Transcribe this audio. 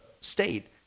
state